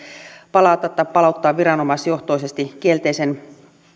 palata tai palauttaa viranomaisjohtoisesti kielteisen